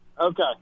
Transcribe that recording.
Okay